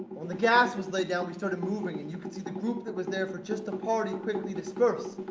when the gas was laid down, we started moving and you could see the group that was there, for just the part, it quickly dispersed.